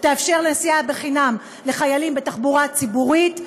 שתאפשר נסיעה בחינם לחיילים בתחבורה ציבורית,